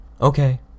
Okay